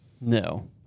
No